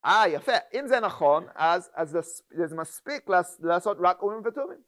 אה, יפה. אם זה נכון, אז אז זה מספיק לעשות רק אורים ותומים.